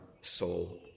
soul